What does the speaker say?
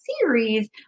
series